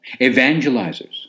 evangelizers